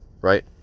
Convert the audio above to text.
right